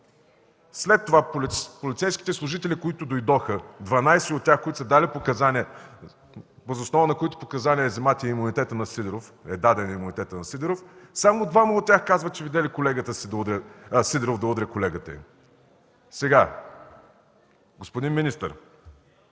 След това полицейските служители, които дойдоха – 12 от тях, които са дали показания, въз основа на които показания е вземáт и имунитета на Сидеров, само двама от тях казват, че видели Сидеров да удря колегата им. Сега – господин министър,